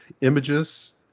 images